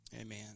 Amen